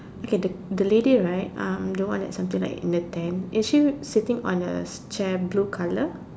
okay the the lady right um the one like something in a tent is she sitting on a chair blue colour